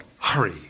Hurry